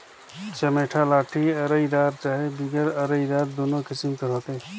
चमेटा लाठी अरईदार चहे बिगर अरईदार दुनो किसिम कर होथे